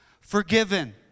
Forgiven